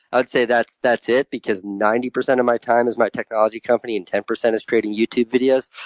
i'd say that's that's it. because ninety percent of my time is my technology company and ten percent is creating youtube videos.